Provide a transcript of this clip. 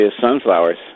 sunflowers